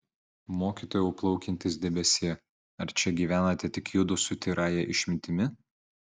mokytojau plaukiantis debesie ar čia gyvenate tik judu su tyrąja išmintimi